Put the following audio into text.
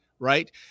Right